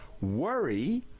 Worry